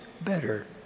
better